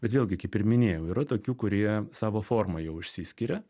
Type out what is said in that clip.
bet vėlgi kaip ir minėjau yra tokių kurie savo forma jau išsiskiria